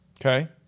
Okay